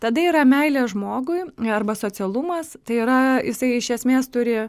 tada yra meilė žmogui arba socialumas tai yra jisai iš esmės turi